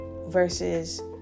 versus